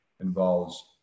involves